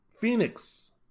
phoenix